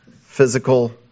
physical